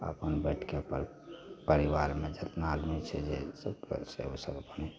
अपन बैठिके पर परिवारमे जतना आदमी छै जे सभकेँ